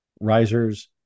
Risers